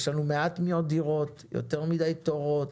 יש לנו מעט מאוד דירות, יותר מדי תורים,